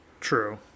True